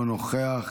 לא נוכח,